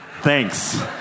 Thanks